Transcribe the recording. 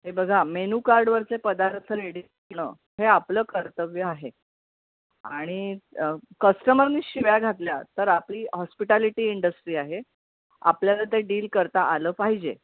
हे बघा मेनूकार्डवरचे पदार्थ रेडी ठेवणं हे आपलं कर्तव्य आहे आणि कस्टमरनी शिव्या घातल्या तर आपली हॉस्पिटॅलिटी इंडस्ट्री आहे आपल्याला ते डील करता आलं पाहिजे